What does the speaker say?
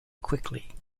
quickly